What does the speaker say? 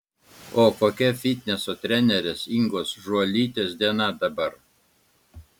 o kokia fitneso trenerės ingos žuolytės diena dabar